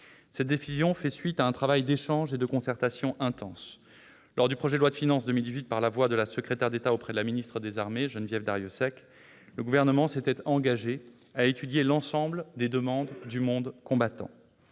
Cette décision fait suite à un travail d'échanges et de concertation intense. Lors de l'examen du projet de loi de finances pour 2018, par la voix de Mme la secrétaire d'État auprès de la ministre des armées, Geneviève Darrieussecq, le Gouvernement s'est engagé à étudier l'ensemble des demandes du monde combattant.